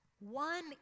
One